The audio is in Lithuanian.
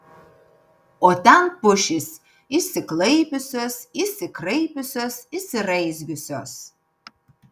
o ten pušys išsiklaipiusios išsikraipiusios išsiraizgiusios